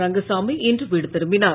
ரங்கசாமி இன்று வீடு திரும்பினார்